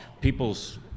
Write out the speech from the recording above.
people's